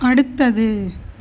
அடுத்தது